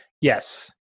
yes